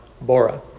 Bora